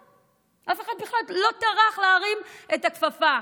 אף אחד לא טרח להרים את הכפפה.